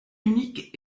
unique